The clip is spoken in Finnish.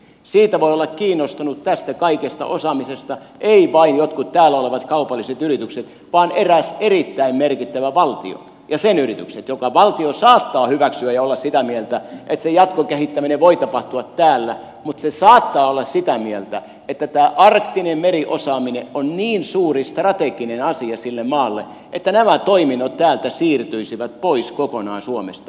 tästä kaikesta osaamisesta voi olla kiinnostunut eivät vain jotkut täällä olevat kaupalliset yritykset vaan eräs erittäin merkittävä valtio ja sen yritykset joka valtio saattaa hyväksyä ja olla sitä mieltä että se jatkokehittäminen voi tapahtua täällä mutta se saattaa olla sitä mieltä että tämä arktinen meriosaaminen on niin suuri strateginen asia sille maalle että nämä toiminnot siirtyisivät pois kokonaan täältä suomesta